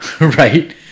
right